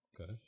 Okay